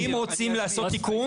אם רוצים לעשות תיקון,